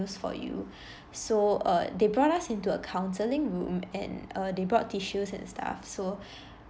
news for you so uh they brought us into a counselling room and uh they brought tissues and stuff so